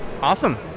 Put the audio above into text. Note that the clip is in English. Awesome